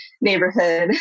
neighborhood